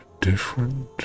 different